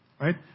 Right